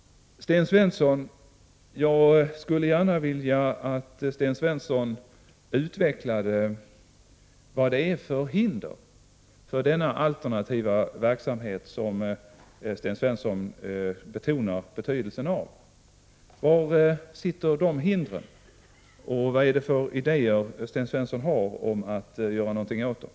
Sten Svensson! Jag skulle gärna vilja att Sten Svensson utvecklade vilka hinder han anser föreligga för den alternativa verksamhet som Sten Svensson betonar betydelsen av. Var finns de hindren? Och vad har Sten Svensson för idéer om att göra något åt dessa hinder?